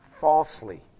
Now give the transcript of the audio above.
falsely